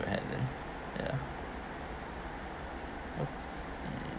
ever had leh ya okay